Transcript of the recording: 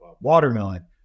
watermelon